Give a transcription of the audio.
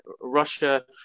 Russia